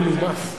הרב מוזס,